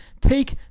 Take